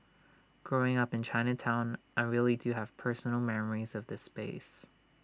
growing up in Chinatown I really do have personal memories of this space